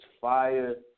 fire